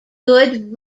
good